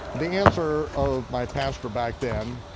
the answer of my pastor back then,